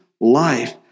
life